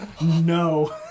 No